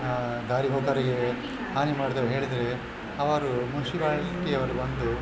ದಾರಿಹೋಕರಿಗೆ ಹಾನಿ ಮಾಡ್ತವೆ ಹೇಳಿದರೆ ಅವರು ಮುನ್ಶಿಪಾಲ್ಟಿಯವರು ಬಂದು